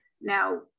Now